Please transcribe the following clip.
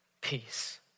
peace